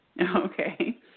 Okay